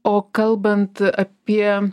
o kalbant apie